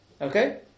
Okay